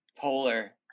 polar